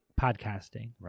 podcasting